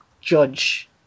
judge